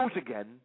again